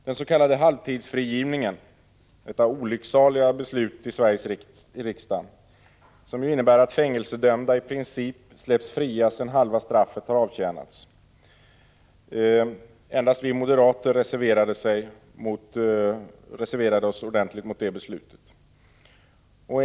Den s.k. halvtidsfrigivningen — detta olycksaliga beslut i riksdagen — innebär att fängelsedömda i princip släpps fria sedan halva straffet har avtjänats. Endast moderaterna reserverade sig mot det beslutet.